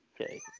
Okay